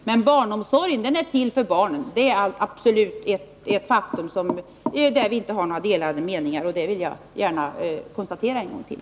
Men att barnomsorgen är till för barnen är ett absolut faktum, där vi inte har några delade meningar. Det vill jag gärna konstatera en gång till.